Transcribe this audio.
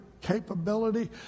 capability